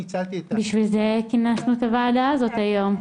בשביל זה כינסנו את הוועדה הזאת היום.